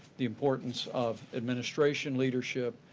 the importance of administration leadership,